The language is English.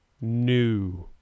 new